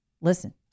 Listen